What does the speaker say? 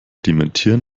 dementieren